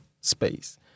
space